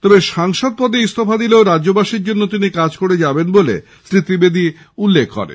তবে সাংসদ পদে ইস্তফা দিলেও রাজ্যবাসীর জন্য তিনি কাজ করে যাবেন বলে শ্রী ত্রিবেদী উল্লেখ করেন